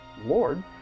Lord